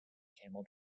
camel